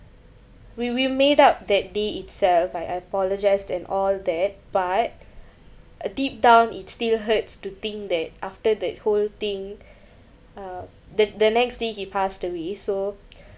we we made up that day itself I I apologised and all that but uh deep down it still hurts to think that after that whole thing uh the the next day he passed away so